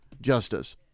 justice